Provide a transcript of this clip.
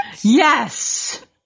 Yes